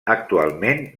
actualment